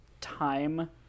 time